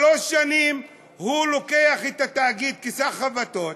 שלוש שנים הוא לוקח את התאגיד כשק חבטות,